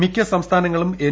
മിക്ക സംസ്ഥാനങ്ങളും എൻ